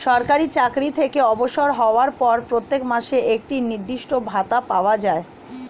সরকারি চাকরি থেকে অবসর হওয়ার পর প্রত্যেক মাসে একটি নির্দিষ্ট ভাতা পাওয়া যায়